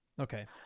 Okay